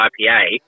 ipa